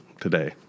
today